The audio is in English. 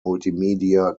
multimedia